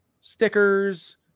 stickers